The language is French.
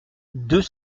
deux